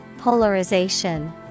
Polarization